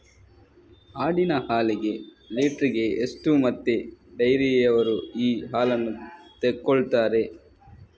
ಆಡಿನ ಹಾಲಿಗೆ ಲೀಟ್ರಿಗೆ ಎಷ್ಟು ಮತ್ತೆ ಡೈರಿಯವ್ರರು ಈ ಹಾಲನ್ನ ತೆಕೊಳ್ತಾರೆ?